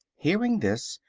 hearing this,